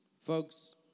Folks